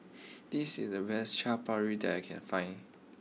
this is the best Chaat Papri that I can find